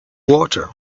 water